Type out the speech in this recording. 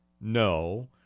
No